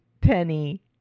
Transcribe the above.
penny